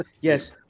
Yes